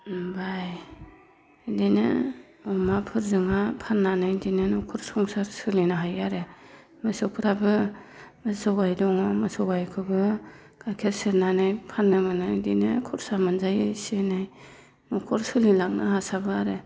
ओमफ्राय बिदिनो अमाफोर जोङो फाननानै बिदिनो न'खर संसार सोलिनो हायो आरो मोसौफोराबो मोसौ गाइ दङ मोसौ गाइखौबो गाइखेर सेरनानै फाननो मोनो बिदिनो खरसा मोनजायो एसे एनै न'खर सोलिलांनो हासाबो आरो